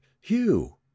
Hugh